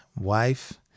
wife